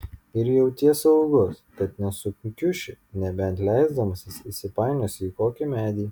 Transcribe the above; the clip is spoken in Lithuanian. ir jauties saugus kad nesukiuši nebent leisdamasis įsipainiosi į kokį medį